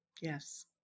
Yes